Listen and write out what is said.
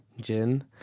Jin